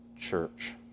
church